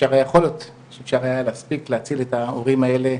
יכול להיות שאפשר היה להספיק להציל את ההורים האלה,